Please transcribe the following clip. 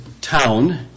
town